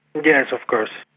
yes, of course.